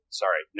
sorry